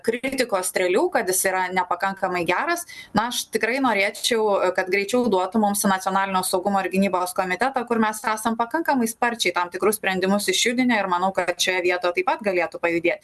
kritikos strėlių kad jis yra nepakankamai geras na aš tikrai norėčiau kad greičiau duotų mums nacionalinio saugumo ir gynybos komitetą kur mes esam pakankamai sparčiai tam tikrus sprendimus išjudinę ir manau kad šioje vietoje taip pat galėtų pajudėti